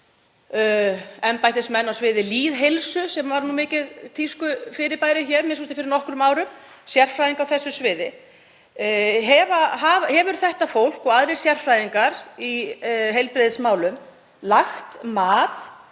embættismenn á sviði lýðheilsu, sem var mikið tískufyrirbæri hér, a.m.k. fyrir nokkrum árum, hafi sérfræðing á þessu sviði. Hefur þetta fólk og aðrir sérfræðingar í heilbrigðismálum, lagt mat